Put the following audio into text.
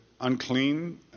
unclean